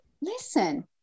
listen